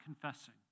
confessing